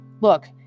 Look